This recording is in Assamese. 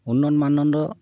উন্নত মানদণ্ড